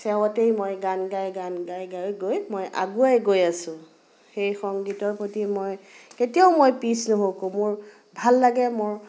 চেৱতে মই গান গাই গান গাই গাই গৈ মই আগুৱাই গৈ আছোঁ সেই সংগীতৰ প্ৰতি মই কেতিয়াও মই পিছ নোহোঁহোকো মোৰ ভাল লাগে মোৰ